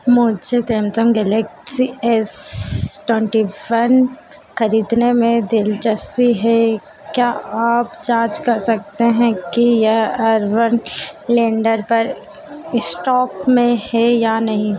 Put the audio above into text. मुझे Samsung Galaxy S twenty one खरीदने में दिलचस्पी है क्या आप जांच कर सकते हैं की यह अर्बन लैंडर पर स्टॉक में है या नहीं